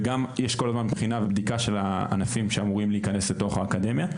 וגם יש כל הזמן בדיקה ובחינה של הענפים שאמורים להיכנס לתוך האקדמיה.